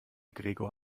gregor